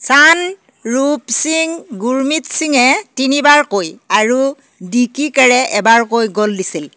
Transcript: চান্দ ৰূপ সিং গুৰমিত সিঙে তিনিবাৰকৈ আৰু ডিকি কেৰে এবাৰকৈ গোল দিছিল